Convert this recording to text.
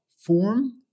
form